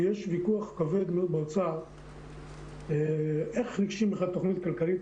כי יש ויכוח כבד מאוד באוצר איך ניגשים בכלל לתכנית כלכלית,